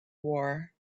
war